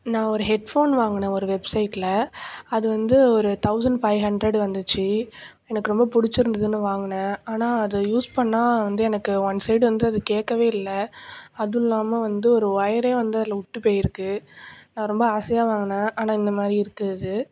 நான் ஒரு ஹெட்ஃபோன் வாங்கினேன் ஒரு வெப்சைட்டில் அது வந்து ஒரு தௌசண்ட் ஃபை ஹண்ட்ரேடு வந்துச்சு எனக்கு ரொம்ப பிடிச்சு இருந்ததுனு வாங்கினேன் ஆனால் அது யூஸ் பண்ணிணால் வந்து எனக்கு ஒன் சைடு வந்து அது கேட்கவே இல்லை அதில்லாமல் வந்து ஒரு ஒயரே வந்து அதில் விட்டு போயிருக்குது நான் ரொம்ப ஆசையாக வாங்கினேன் ஆனால் இந்த மாதிரி இருக்குது அது